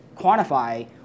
quantify